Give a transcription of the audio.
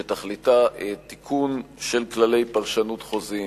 שתכליתה תיקון של כללי פרשנות חוזים.